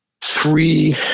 three